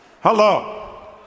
Hello